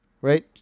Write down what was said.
right